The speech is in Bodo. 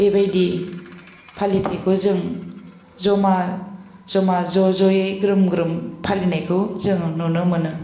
बेबायदि फालिथाइखौ जों जमा ज'मा ज' ज'यै ग्रोम ग्रोम फालिनायखौ जोङो नुनो मोनो